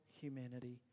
humanity